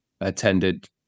attended